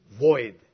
void